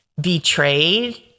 betrayed